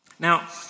Now